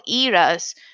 eras